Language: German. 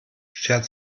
schert